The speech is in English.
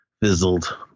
fizzled